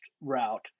route